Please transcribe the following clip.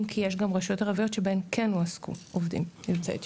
אם כי יש גם רשויות ערביות שבהן כן הועסקו עובדים יוצאי אתיופיה.